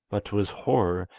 but to his horror,